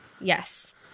Yes